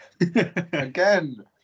Again